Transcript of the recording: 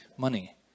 Money